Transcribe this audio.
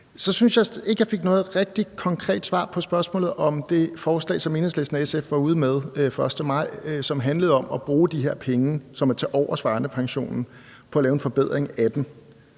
Så synes jeg ikke rigtig, jeg fik noget konkret svar på spørgsmålet om det forslag, som Enhedslisten og SF var ude med den 1. maj, og som handlede om at bruge de her penge, som er tilovers fra Arnepensionen, på at lave en forbedring af den.